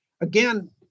Again